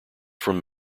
from